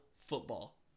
football